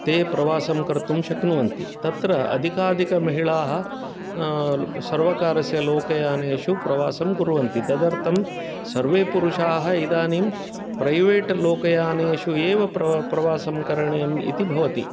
ते प्रवासं कर्तुं शक्नुवन्ति तत्र अधिकाधिक महिलाः सर्वकारस्य लोकयानेषु प्रवासं कुर्वन्ति तदर्थं सर्वे पुरुषाः इदानीं प्रैवेट् लोकयानेषु एव प्र प्रवासं करणीयम् इति भवति